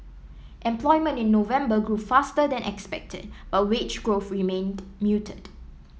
employment in November grew faster than expected but wage growth remained muted